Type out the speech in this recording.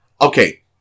okay